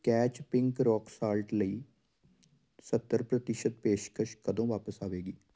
catch pink rock salt ਲਈ ਸੱਤਰ ਪ੍ਰਤੀਸ਼ਤ ਪੇਸ਼ਕਸ਼ ਕਦੋਂ ਵਾਪਸ ਆਵੇਗੀ